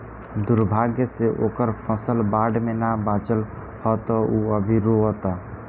दुर्भाग्य से ओकर फसल बाढ़ में ना बाचल ह त उ अभी रोओता